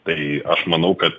tai aš manau kad